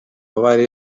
bari